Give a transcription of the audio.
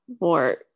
more